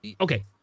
Okay